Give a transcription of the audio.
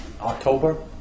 October